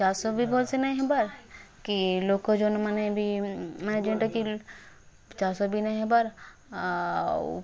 ଚାଷ ବି ଭଲ୍ସେ ନାଇଁ ହବାର୍ କି ଲୋକ ଯେନ୍ମାନେ ବି ମାନେ ଯେଉଁଟା କି ଚାଷ ବି ନେଇଁ ହବାର୍ ଆଉ